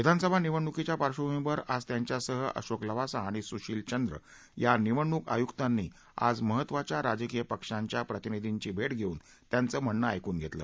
विधानसभा निवडणुकीच्या पार्श्वभूमीवर त्यांच्यासह अशोक लवासा आणि सुशील चंद्र या निवडणूक आयुकांनी आज महत्त्वाच्या राजकीय पक्षांच्या प्रतिनिधींची भेट घेऊन त्यांचं म्हणणं ऐकून घेतलं